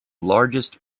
largest